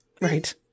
Right